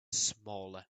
smaller